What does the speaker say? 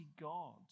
God